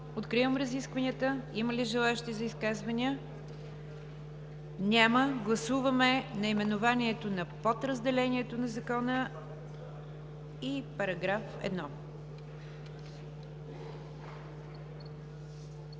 Откривам разискванията. Има ли желаещи за изказвания? Няма. Гласуваме наименованието на подразделението на Закона и § 1.